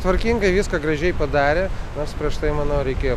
tvarkingai viską gražiai padarė nors prieš tai manau reikėjo